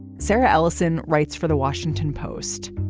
sarah ellison writes for the washington post,